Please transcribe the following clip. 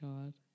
God